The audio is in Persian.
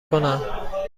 کنم